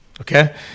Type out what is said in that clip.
okay